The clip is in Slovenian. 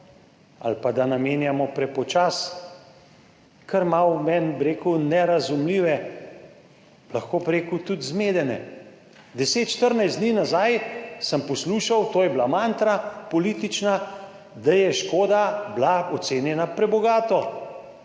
ali pa da namenjamo prepočasi, kar malo meni, bi rekel, nerazumljive, lahko bi rekel tudi zmedene. 10, 14 dni nazaj sem poslušal, to je bila mantra, politična, da je škoda bila ocenjena prebogato,